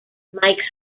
mike